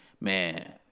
Man